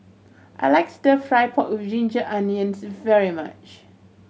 I like Stir Fry pork with ginger onions very much